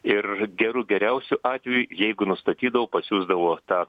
ir geru geriausiu atveju jeigu nustatydavo pasiųsdavo tą